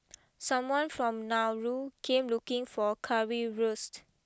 someone from Nauru came looking for Currywurst